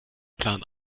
plan